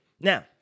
Now